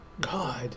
God